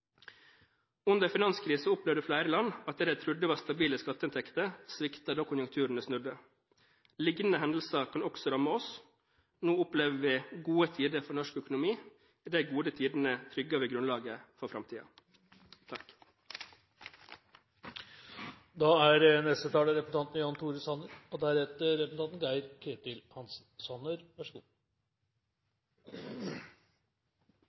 Under finanskrisen opplevde flere land at det de trodde var stabile skatteinntekter, sviktet da konjunkturene snudde. Liknende hendelser kan også ramme oss. Nå opplever vi gode tider for norsk økonomi. I de gode tidene trygger vi grunnlaget for framtiden. Nysalderingen av budsjettet viser at vi kan glede oss over lavere sykefravær, positiv utvikling i skatteinntektene, og